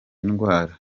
ndwara